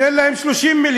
תן להם 30 מיליון.